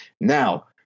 Now